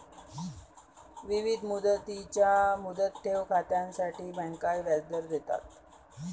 विविध मुदतींच्या मुदत ठेव खात्यांसाठी बँका व्याजदर देतात